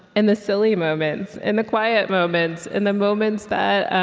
and the silly moments, in the quiet moments, in the moments that